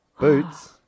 Boots